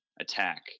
attack